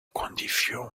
condition